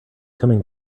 coming